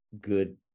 good